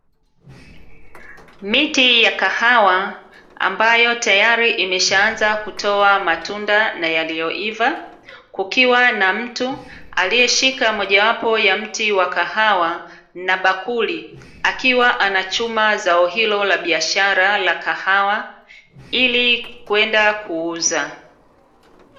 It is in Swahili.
Miti ya kahawa ambayo tayari imeshaanza kutoa matunda na yaliyoiva, kukiwa na mtu aliyeshika moja wapo ya mti wa kahawa na bakuli akiwa anachuma zao hilo la biashara la kahawa ili kwenda kuuza.